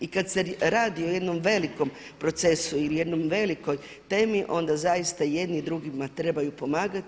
I kad se radi o jednom velikom procesu ili jednoj velikoj temi onda zaista jedni drugima trebaju pomagati.